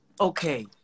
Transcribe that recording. Okay